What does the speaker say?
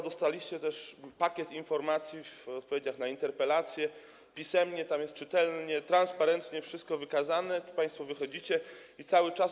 Dostaliście też pakiet informacji w odpowiedziach na interpelacje, na piśmie, tam jest czytelnie, transparentnie wszystko wykazane, a państwo wychodzicie i cały czas.